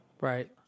Right